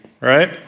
right